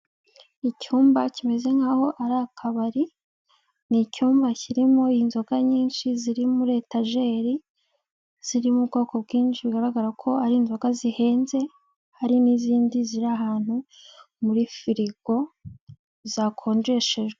Icyumba kimeze nk'aho ari akabari, ni icyumba kirimo inzoga nyinshi ziri muri etajeri, zirimo ubwoko bwinshi bigaragara ko ari inzoga zihenze, hari n'izindi ziri ahantu muri firigo zakonjeshejwe.